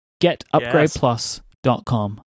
getupgradeplus.com